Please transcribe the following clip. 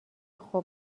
خوب